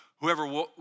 Whoever